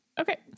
okay